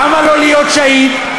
למה לו להיות שהיד?